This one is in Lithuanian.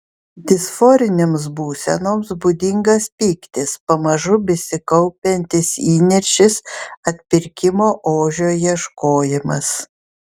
disforinėms būsenoms būdingas pyktis pamažu besikaupiantis įniršis atpirkimo ožio ieškojimas